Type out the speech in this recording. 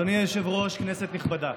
אדוני היושב-ראש, כנסת נכבדה,